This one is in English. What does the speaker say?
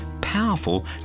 powerful